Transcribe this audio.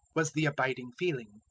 was the abiding feeling.